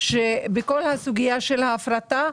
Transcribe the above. שבכל סוגיית ההפרטה,